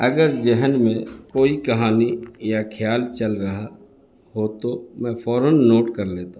اگر ذہن میں کوئی کہانی یا کھیال چل رہا ہو تو میں فوراً نوٹ کر لیتا ہوں